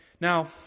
Now